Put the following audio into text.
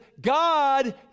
God